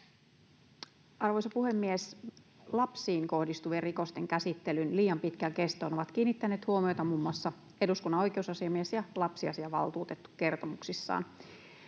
Arvoisa puhemies! Lapsiin kohdistuvien rikosten käsittelyn liian pitkään kestoon ovat kiinnittäneet huomiota muun muassa eduskunnan oikeusasiamies ja lapsiasiainvaltuutettu kertomuksissaan.